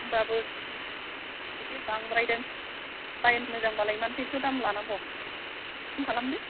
होनबाबो एसे बांद्रायदों लाइन मोजांबालाय मानोथो एदथ' दाम लानांगौ खम खालामदो